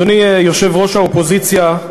אדוני יושב-ראש האופוזיציה,